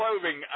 clothing